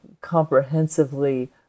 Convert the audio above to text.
comprehensively